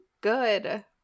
good